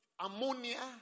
Ammonia